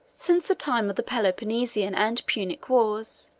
since the time of the peloponnesian and punic wars,